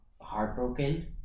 heartbroken